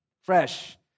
fresh